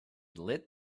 lit